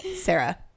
Sarah